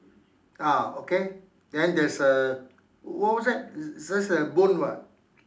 ah okay then there's a what what's that is just a bone [what]